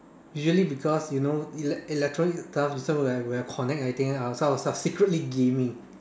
usually because you know elec~ electronic stuff this one when I connect and everything I was secretly gaming